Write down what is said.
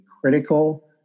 critical